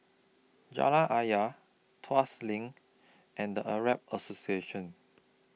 Jalan Ayer Tuas LINK and Arab Association